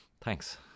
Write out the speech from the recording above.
thanks